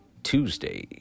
Tuesday